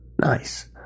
Nice